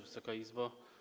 Wysoka Izbo!